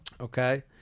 Okay